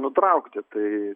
nutraukti tai